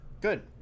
good